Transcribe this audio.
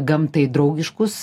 gamtai draugiškus